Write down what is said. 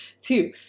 Two